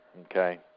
okay